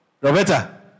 Roberta